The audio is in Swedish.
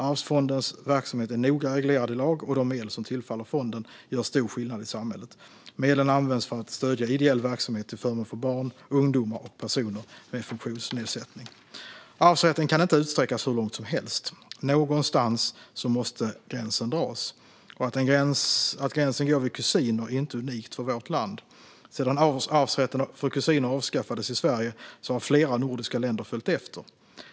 Arvsfondens verksamhet är noga reglerad i lag, och de medel som tillfaller fonden gör stor skillnad i samhället. Medlen används för att stödja ideell verksamhet till förmån för barn, ungdomar och personer med funktionsnedsättning. Arvsrätten kan inte utsträckas hur långt som helst. Någonstans måste gränsen dras. Att gränsen går vid kusiner är inte unikt för vårt land. Sedan arvsrätten för kusiner avskaffades i Sverige har flera nordiska länder följt efter.